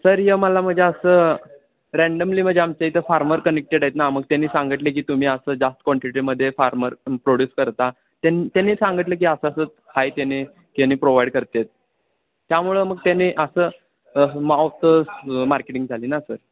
sir हे मला म्हणजे असं रँडमली म्हणजे आमच्या इथं फार्मर कनेक्टेड आहेत ना मग त्यांनी सांगितले की तुम्ही असं जास्त क्वांटिटीमध्ये फार्मर प्रोड्यूस करता त्यां त्यांनी सांगितलं की असं असं आहे त्यांनी की ना प्रोव्हाइड करतात त्यामुळं मग त्यानी असं माऊत मार्केटिंग झाली ना सर